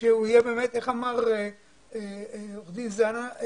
כפי שאמר עורך דין זנה,